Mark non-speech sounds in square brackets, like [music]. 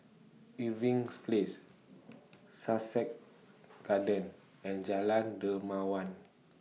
Irving's Place [noise] Sussex Garden and Jalan Dermawan